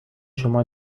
شما